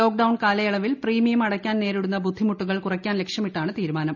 lock down കാലയളവിൽ premium അടക്കാൻ നേരിടുന്ന ബുദ്ധിമുട്ടുകൾ കുറക്കാൻ ലക്ഷ്യമിട്ടാണ് തീരുമാനം